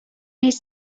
needs